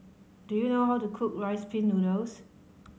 do you know how to cook Rice Pin Noodles